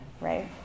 right